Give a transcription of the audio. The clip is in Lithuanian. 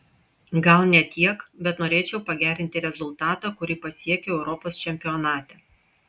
gal ne tiek bet norėčiau pagerinti rezultatą kurį pasiekiau europos čempionate